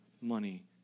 money